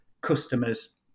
customers